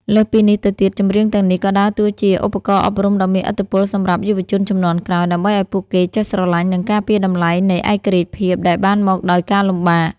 លើសពីនេះទៅទៀត ចម្រៀងទាំងនេះក៏ដើរតួជាឧបករណ៍អប់រំដ៏មានឥទ្ធិពលសម្រាប់យុវជនជំនាន់ក្រោយ ដើម្បីឱ្យពួកគេចេះស្រឡាញ់ និងការពារតម្លៃនៃឯករាជ្យភាពដែលបានមកដោយការលំបាក។